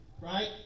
right